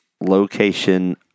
location